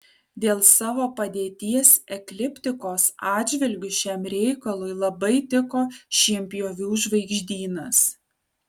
dėl savo padėties ekliptikos atžvilgiu šiam reikalui labai tiko šienpjovių žvaigždynas